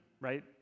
right